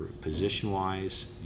position-wise